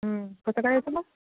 कसं करायचं मग